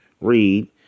read